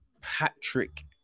Patrick